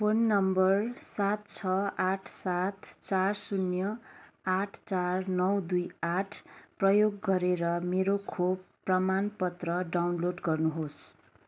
phone number सात छ आठ सात चार शून्य आठ चार नौ दुई आठ प्रयोग गरेर मेरो खोप प्रमाणपत्र डाउनलोड गर्नुहोस्